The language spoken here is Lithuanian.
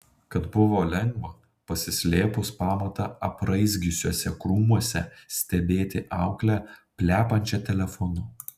kad buvo lengva pasislėpus pamatą apraizgiusiuose krūmuose stebėti auklę plepančią telefonu